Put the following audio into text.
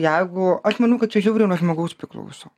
jeigu aš manau kad čia žiauriai nuo žmogaus priklauso